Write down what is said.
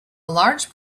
large